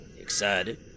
Excited